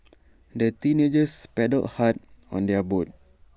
the teenagers paddled hard on their boat